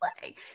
play